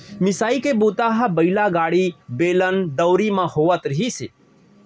मिसाई के बूता ह बइला गाड़ी, बेलन, दउंरी म होवत रिहिस हे